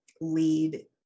lead